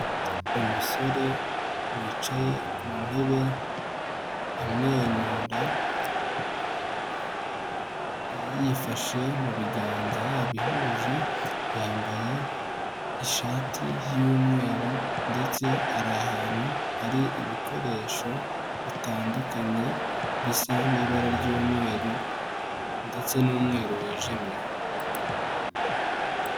Umusore wicaye ku ntebe amwenyura yifashe mu biganza yabihuje, yambaye ishati y'umweru ndetse ari ahantu hari ibikoresho bitandukanye bisanzwe bisa n'ibara ry'umweru ndetse n'umweru wijimye.